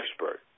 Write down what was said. expert